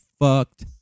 fucked